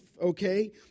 Okay